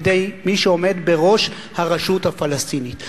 מידי מי שעומד בראש הרשות הפלסטינית.